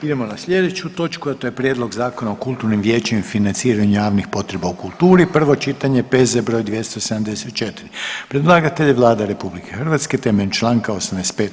Idemo na slijedeću točku, a to je: - Prijedlog Zakona o kulturnim vijećima i financiranju javnih potreba u kulturi, prvo čitanje, P.Z. broj 274 Predlagatelj je Vlada RH temeljem Članka 85.